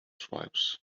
tribes